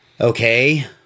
Okay